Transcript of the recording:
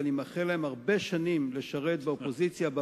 ואני מאחל להם לשרת באופוזיציה הרבה שנים,